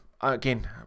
again